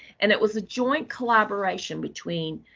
and it was a joint collaboration between